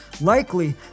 Likely